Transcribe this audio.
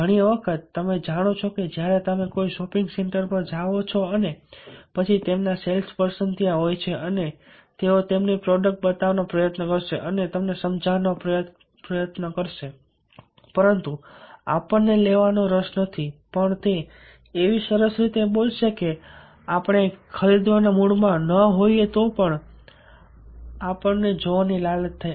ઘણી વખત તમે જાણો છો કે જ્યારે તમે કોઈ શોપિંગ સેન્ટર પર જાઓ છો અને પછી તેમના સેલ્સ પર્સન ત્યાં હોય છે અને તેઓ તેમની પ્રોડક્ટ્સ બતાવવાનો પ્રયત્ન કરશે અને તમને સમજાવવાનો પ્રયાસ કરશે પરંતુ આપણને લેવા નો રસ નથી પણ તે એવી સરસ રીતે બોલશે કે આપણે ખરીદવાના મૂડમાં ન હોઈએ તો પણ આપણને જોવાની લાલચ થાય